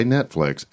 Netflix